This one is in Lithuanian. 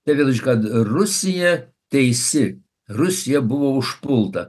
tai vėl iš kart rusija teisi rusija buvo užpulta